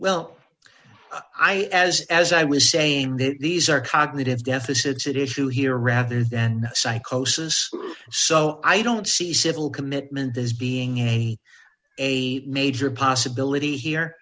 well i as as i was saying these are cognitive deficits that issue here rather than psychosis so i don't see civil commitment as being a a major possibility here